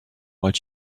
while